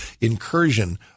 incursion